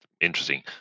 interesting